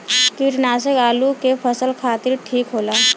कीटनाशक आलू के फसल खातिर ठीक होला